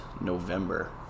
November